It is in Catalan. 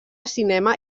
cinema